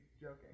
joking